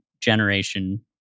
generation